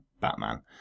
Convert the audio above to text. Batman